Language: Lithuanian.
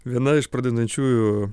viena iš pradedančiųjų